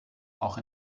auch